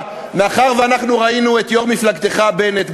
מאחר שאנחנו ראינו את יושב-ראש מפלגתך בנט,